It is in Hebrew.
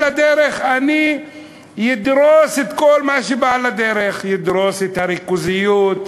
על הדרך אני אדרוס את כל מה שעל הדרך: אדרוס את הריכוזיות,